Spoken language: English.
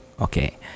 okay